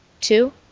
two